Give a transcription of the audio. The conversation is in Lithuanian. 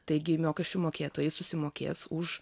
taigi mokesčių mokėtojai susimokės už